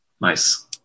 Nice